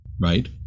Right